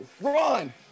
run